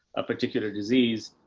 a particular disease.